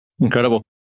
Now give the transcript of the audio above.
Incredible